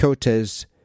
Cotes